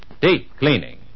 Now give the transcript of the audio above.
Deep-cleaning